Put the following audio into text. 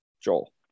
Joel